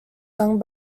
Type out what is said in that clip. sung